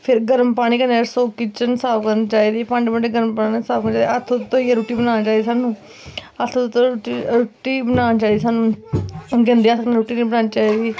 फिर गर्म पानी कन्नै किचन साफ करनी चाहिदी भांडे भूंडे गर्म पानी ने साफ करने हत्थ हुत्थ धोइयै रुट्टी बनानी चाहिदी सानू हत्थ हुत्थ धोइयै रुट्टी बनानी चाहिदी सानू गंदें हत्थें रुट्टी नी बनानी चाहिदी